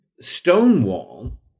Stonewall